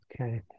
Okay